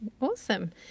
Awesome